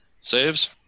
saves